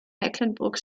mecklenburg